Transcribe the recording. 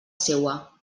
seua